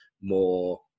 more